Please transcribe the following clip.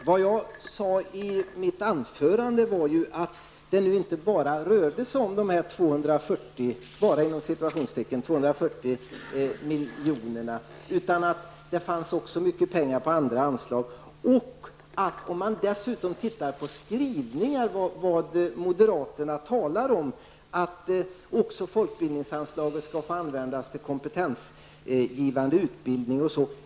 Herr talman! Jag sade i mitt anförande att det inte rörde sig om ''bara'' de här 240 miljonerna utan att det fanns mycket pengar också på andra anslag. Om man dessutom tittar på skrivningarna finner man att moderaterna talar om att folkbildningsanslaget också skall få användas till kompetensgivande utbildning.